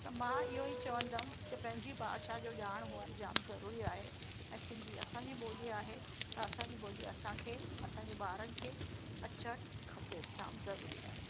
त मां इहो ई चवंदमि च पंहिंजी भाषा जो ॼाण हुअणु जामु ज़रूरी आहे ऐं सिंधी असांजी ॿोली आहे त असांजी ॿोली असांखे असांजे ॿारनि खे अचणु खपे जामु ज़रूरी आहे